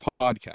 Podcast